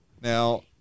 Now